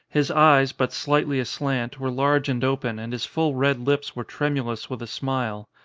his eyes, but slightly aslant, were large and open and his full red lips were tremulous with a smile.